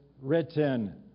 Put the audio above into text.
written